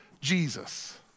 Jesus